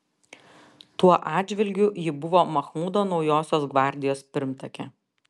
tuo atžvilgiu ji buvo machmudo naujosios gvardijos pirmtakė